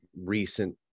recent